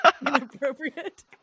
inappropriate